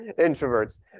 Introverts